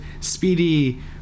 speedy